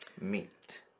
meat